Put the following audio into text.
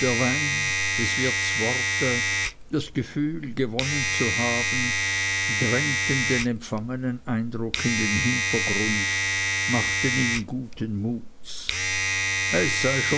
der wein des wirts worte das gefühl gewonnen zu haben drängten den empfangenen eindruck in den hintergrund machten ihn guten muts es sei